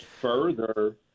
further